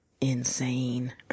insane